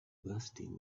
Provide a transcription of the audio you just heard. bursting